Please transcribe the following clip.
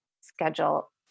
schedule